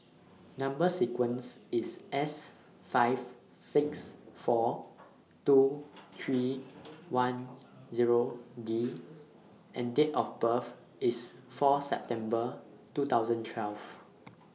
Number sequence IS S five six four two three one Zero D and Date of birth IS four September two thousand twelve